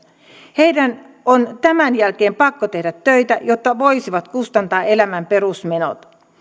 heidän on tämän jälkeen pakko tehdä töitä jotta voisivat kustantaa elämän perusmenot